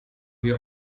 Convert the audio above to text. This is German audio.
wir